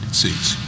seats